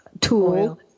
tool